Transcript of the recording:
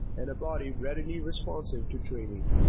and a body readily responsive to training.